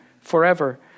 forever